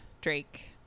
Drake